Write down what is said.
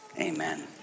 Amen